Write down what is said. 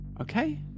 Okay